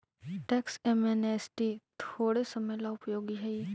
tax amnesty थोड़े समय ला उपयोगी हई